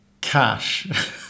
cash